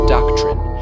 Doctrine